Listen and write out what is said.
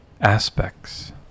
aspects